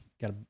Got